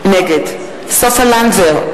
נגד סופה לנדבר,